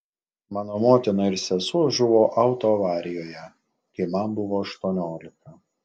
mano motina ir sesuo žuvo autoavarijoje kai man buvo aštuoniolika